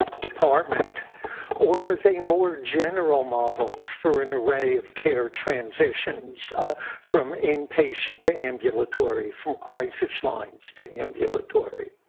department or with a more general model for an array of care transitions from inpatient to ambulatory from crisis lines to ambulatory.